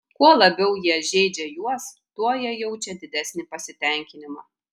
kuo labiau jie žeidžia juos tuo jie jaučia didesnį pasitenkinimą